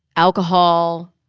alcohol,